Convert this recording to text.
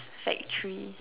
factory